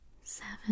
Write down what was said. seven